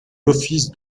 l’office